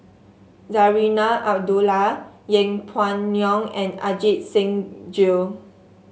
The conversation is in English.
Zarinah Abdullah Yeng Pway Ngon and Ajit Singh Gill